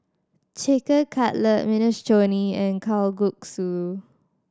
Chicken Cutlet Minestrone and Kalguksu